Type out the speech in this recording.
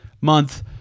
month